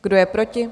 Kdo je proti?